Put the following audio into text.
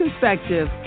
perspective